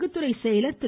குத்துறை செயலர் திரு